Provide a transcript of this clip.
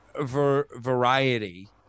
variety